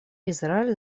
израиль